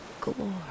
glory